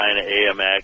AMX